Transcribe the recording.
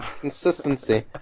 consistency